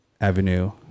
avenue